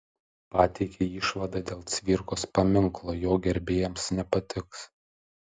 pateikė išvadą dėl cvirkos paminklo jo gerbėjams nepatiks